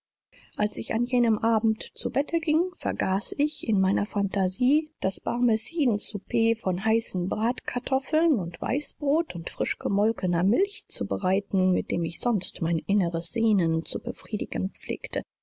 als ich an jenem abend zu bette ging vergaß ich in meiner phantasie das barmeciden souper von heißen bratkartoffeln und weißbrot und frischgemolkener milch zu bereiten mit dem ich sonst mein inneres sehnen zu befriedigen pflegte